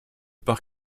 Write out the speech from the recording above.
parc